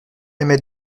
émet